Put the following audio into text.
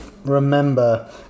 Remember